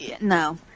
no